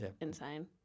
insane